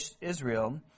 Israel